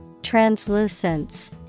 Translucence